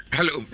Hello